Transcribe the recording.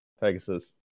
Pegasus